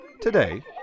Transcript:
Today